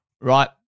right